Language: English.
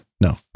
No